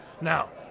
Now